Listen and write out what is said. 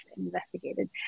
investigated